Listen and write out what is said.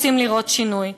רוצים לראות שינוי.